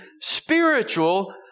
spiritual